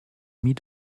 meet